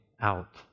out